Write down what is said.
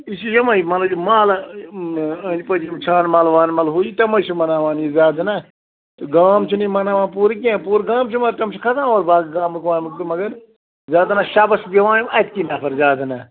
یہِ چھِ یِمَے مطلب یہِ محلہٕ أنٛدۍ پٔکھۍ یِم چھانہٕ محل وانہٕ محل ہُہ یہِ تِمَے چھِ مَناوان یہِ زیادٕ ن تہٕ گام چھُنہٕ یہِ مَناوان پوٗرٕ کیٚنٛہہ پوٗرٕ گام چھِ یِوان تِم کھسان اور گامُک وامُک تہٕ مگر زیادٕ رَش شَبس چھُ بیٚہوان یِم اَتِکی نَفر زیادٕ نا